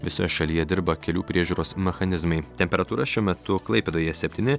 visoje šalyje dirba kelių priežiūros mechanizmai temperatūra šiuo metu klaipėdoje septyni